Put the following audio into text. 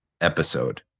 episode